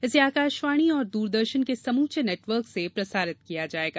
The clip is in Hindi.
इसे आकाशवाणी और दूरदर्शन के समूचे नेटवर्क से प्रसारित किया जाएगा